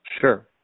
Sure